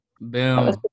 Boom